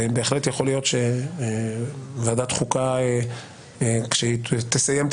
ובהחלט יכול להיות שוועדת החוקה תוכל לעבור לשם כשתסיים את